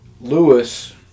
Lewis